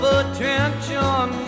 attention